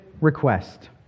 request